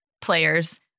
players